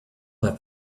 that